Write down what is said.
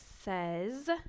says